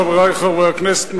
חברי חברי הכנסת,